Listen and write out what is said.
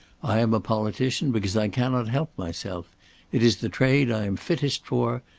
i am a politician because i cannot help myself it is the trade i am fittest for,